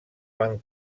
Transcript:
van